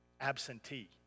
absentee